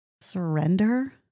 surrender